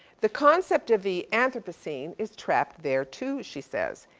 the concept of the anthropocene is trapped there, too, she says.